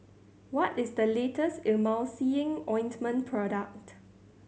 what is the latest Emulsying Ointment product